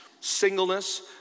singleness